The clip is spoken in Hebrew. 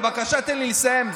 בבקשה תן לי לסיים.